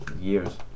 years